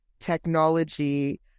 Technology